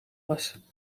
was